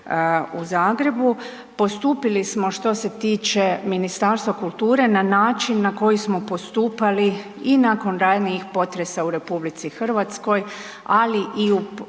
u Zagrebu. Postupili smo, što se tiče Ministarstva kulture, na način na koji smo postupali i nakon ranijih potresa u RH, ali i u